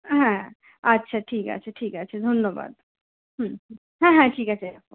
হ্যাঁ আচ্ছা ঠিক আছে ঠিক আছে ধন্যবাদ হ্যাঁ হ্যাঁ হ্যাঁ হ্যাঁ ঠিক আছে রাখো